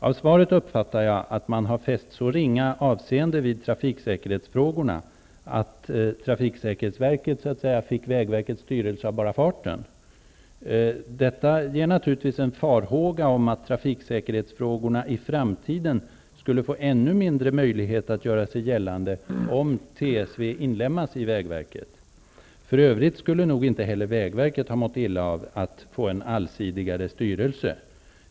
Av svaret uppfattar jag vidare att man har fäst så ringa avseende vid trafiksäkerhetsfrågorna att trafiksäkerhetsverket fick vägverkets styrelse så att säga av bara farten. Detta inger naturligtvis en farhåga om att trafiksäkerhetsfrågorna i framtiden skulle få ännu mindre möjlighet att göra sig gällande, om TSV inlemmas i vägverket. För övrigt skulle nog inte heller vägverket ha mått illa av att få en allsidigare styrelse.